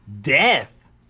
death